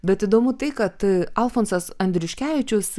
bet įdomu tai kad alfonsas andriuškevičius